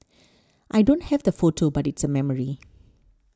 I don't have the photo but it's a memory